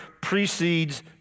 precedes